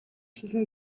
хэлнэ